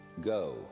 go